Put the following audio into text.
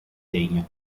legno